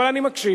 אבל אני מקשיב.